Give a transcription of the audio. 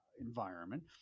environment